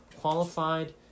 qualified